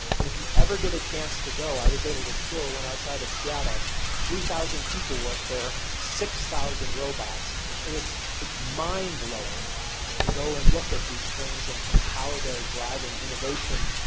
if you ever get a chance to go, i was able to tour when outside of seattle three thousand people work there, six thousand robots and it's it's mind blowing to to go and look at these things and and how they're driving innovation,